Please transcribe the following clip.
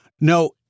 No